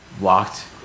walked